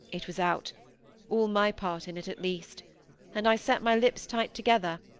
it was out all my part in it, at least and i set my lips tight together,